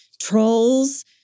Trolls